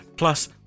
Plus